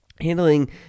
handling